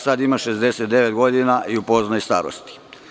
Sada ima 69 godina i u poznoj je starosti.